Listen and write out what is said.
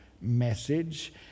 message